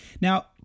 Now